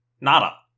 Nada